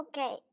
Okay